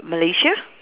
Malaysia